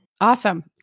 Awesome